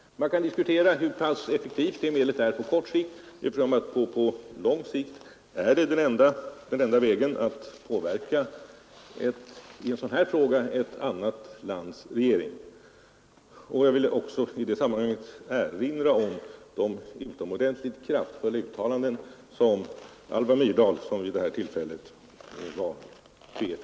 Man kan diskutera hur pass effektivt det medlet är på kort sikt. På lång sikt är det den enda vägen att i en sådan här fråga påverka ett annat lands regering. Jag vill också i det sammanhanget erinra om de utomordentligt kraftfulla uttalanden som Alva Myrdal, vid det tillfället tf.